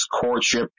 courtship